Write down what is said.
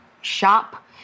shop